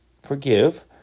Forgive